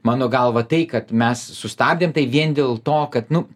mano galva tai kad mes sustabdėm tai vien dėl to kad nu